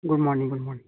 good morning good morning